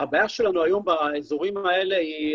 הבעיה שלנו היום באזורים האלה היא,